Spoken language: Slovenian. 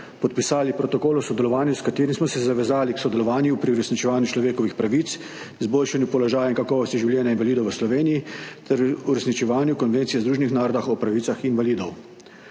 podpisali protokol o sodelovanju, s katerim smo se zavezali k sodelovanju pri uresničevanju človekovih pravic, izboljšanju položaja in kakovosti življenja invalidov v Sloveniji ter uresničevanju Konvencije Združenih narodov o pravicah invalidov.